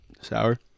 Sour